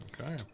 Okay